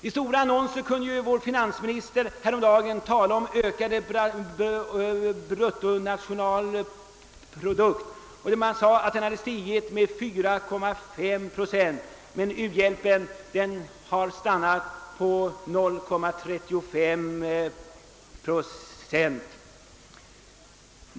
I stora annonser kunde vår finansminister häromdagen tala om vår ökade bruttonationalprodukt, som sades ha stigit med 4,35 procent. Men u-hjälpen har stannat vid 0,35 procent.